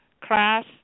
class